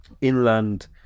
inland